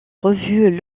revues